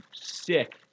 sick